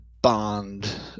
Bond